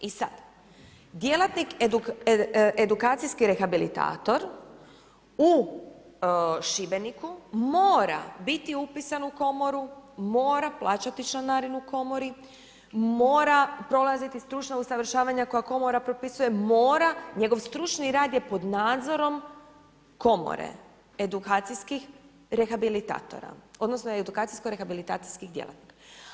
I sad, djelatnik edukacijski rehabilitator u Šibeniku mora biti upisan u Komoru, mora plaćati članarinu Komori, mora prolaziti stručna usavršavanja koja Komora propisuje, mora, njegov stručni rad je pod nadzorom Komore, edukacijskih rehabilitatora odnosno edukacijsko rehabilitacijskih djelatnika.